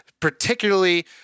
particularly